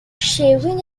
shaving